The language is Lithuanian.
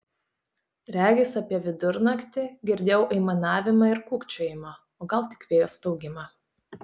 regis apie vidurnaktį girdėjau aimanavimą ir kūkčiojimą o gal tik vėjo staugimą